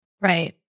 Right